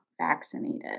vaccinated